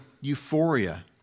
euphoria